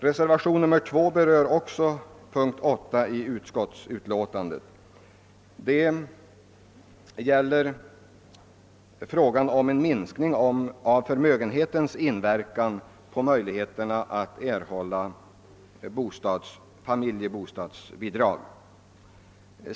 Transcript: Reservationen 2 berör också punkten 8 i utskottets utlåtande. Den behandlar frågan om en minskning av förmögenhetens inverkan på möjligheterna att erhålla familjebostadsbidrag.